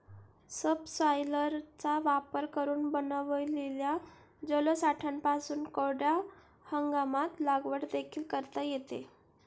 सबसॉयलरचा वापर करून बनविलेल्या जलसाठ्यांपासून कोरड्या हंगामात लागवड देखील करता येते